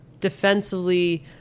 defensively